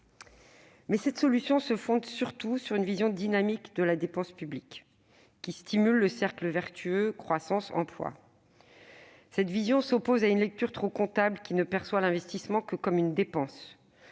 Mais cette solution se fonde surtout sur une vision dynamique de la dépense publique, qui stimule le cercle vertueux croissance-emploi. Cette vision s'oppose à une lecture trop comptable, qui ne perçoit l'investissement que comme une dépense.